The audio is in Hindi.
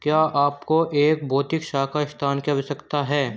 क्या आपको एक भौतिक शाखा स्थान की आवश्यकता है?